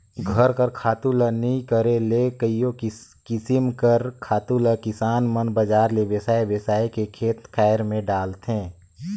घर कर खातू ल नी करे ले कइयो किसिम कर खातु ल किसान मन बजार ले बेसाए बेसाए के खेत खाएर में डालथें